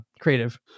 Creative